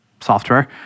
software